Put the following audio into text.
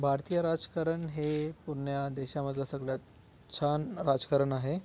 भारतीय राजकारण हे पूर्ण देशामधलं सगळ्यात छान राजकारण आहे